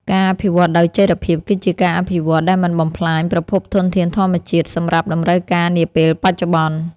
ការអភិវឌ្ឍដោយចីរភាពគឺជាការអភិវឌ្ឍដែលមិនបំផ្លាញប្រភពធនធានធម្មជាតិសម្រាប់តម្រូវការនាពេលបច្ចុប្បន្ន។